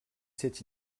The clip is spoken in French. cette